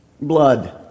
blood